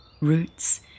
Roots